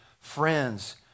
friends